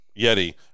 Yeti